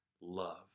love